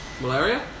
Malaria